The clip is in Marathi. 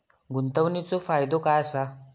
गुंतवणीचो फायदो काय असा?